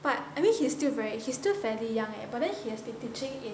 but I mean he's still very he's still fairly young eh but then he has been teaching in